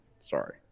sorry